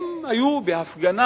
הם היו בהפגנה,